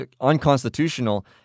unconstitutional